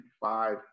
five